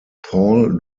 paul